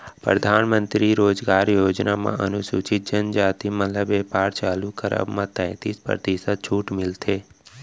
परधानमंतरी रोजगार योजना म अनुसूचित जनजाति मन ल बेपार चालू करब म तैतीस परतिसत छूट मिलथे